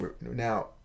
Now